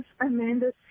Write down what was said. Amanda